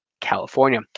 California